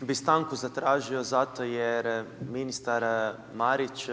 bih stanku zatražio zato jer ministar Marić